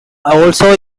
also